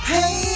Hey